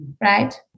Right